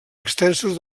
extensos